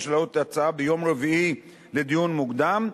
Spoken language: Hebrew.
להעלות את ההצעה ביום רביעי לדיון מוקדם,